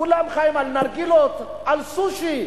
שכולם חיים על נרגילות, על סושי.